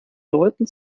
leuten